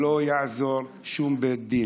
לא יעזור שום בית דין: